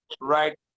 right